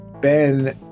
Ben